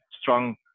strong